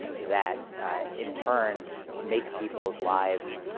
that in turn make people's lives,